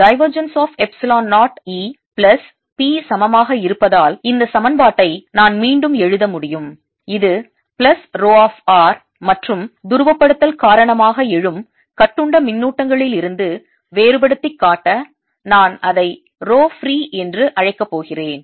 Divergence of epsilon 0 E plus P சமமாக இருப்பதால் இந்த சமன்பாட்டை நான் மீண்டும் எழுத முடியும் இது பிளஸ் ரோ of r மற்றும் துருவப்படுத்தல் காரணமாக எழும் கட்டுண்ட மின்னூட்டங்களிலிருந்து வேறுபடுத்திக் காட்ட நான் அதை ரோ ஃப்ரீ என்று அழைக்கப் போகிறேன்